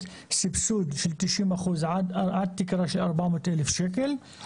סבסוד של 90% עד תקרה של 400 אלף שקל,